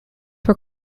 were